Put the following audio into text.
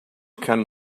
can